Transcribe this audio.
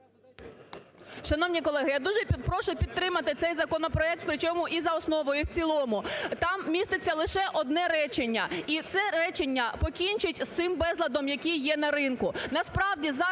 Шановні колеги, я дуже прошу підтримати цей законопроект, причому і за основу, і в цілому. Там міститься лише одне речення, і це речення покінчить з цим безладом, який є на ринку.